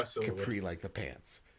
Capri-like-the-pants